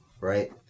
right